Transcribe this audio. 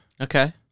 Okay